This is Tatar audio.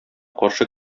каршы